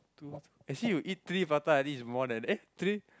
two I see you eat three prata at least it's more than eh three